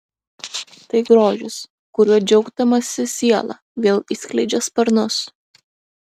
tai grožis kuriuo džiaugdamasi siela vėl išskleidžia sparnus